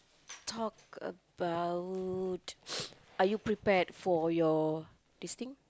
talk about are you prepared for your these thing